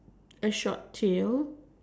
a short tail